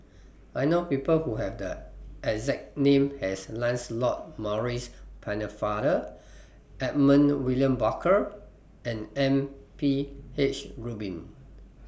I know People Who Have The exact name as Lancelot Maurice Pennefather Edmund William Barker and M P H Rubin